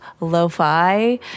lo-fi